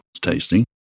tasting